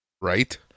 Right